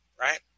right